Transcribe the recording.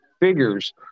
figures